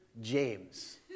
James